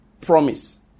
promise